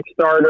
Kickstarter